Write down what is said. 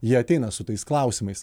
jie ateina su tais klausimais